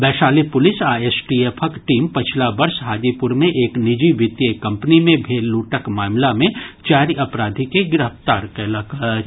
Vaishali police आ एसटीएफक team पछिला वर्ष हाजीपुर मे एक निजी वित्तीय कंपनी मे भेल लूटक मामिला मे चारि अपराधी के गिरफ्तार कयलक अछि